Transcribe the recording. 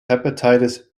hepatitis